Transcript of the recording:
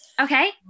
Okay